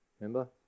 Remember